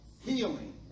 healing